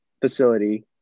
facility